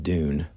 Dune